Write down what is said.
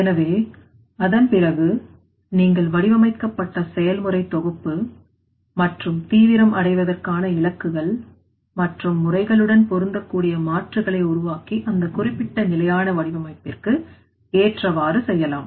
எனவே அதன் பிறகு நீங்கள் வடிவமைக்கப்பட்ட செயல்முறை தொகுப்பு மற்றும் தீவிரம் அடைவதற்கான இலக்குகள் மற்றும் முறைகளுடன் பொருந்தக்கூடிய மாற்றுகளை உருவாக்கி அந்த குறிப்பிட்ட நிலையான வடிவமைப்பிற்கு ஏற்றவாறு செய்யலாம்